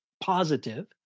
positive